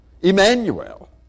Emmanuel